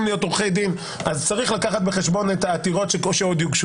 להיות עורכי דין אז צריך לקחת בחשבון את העתירות שיוגשו,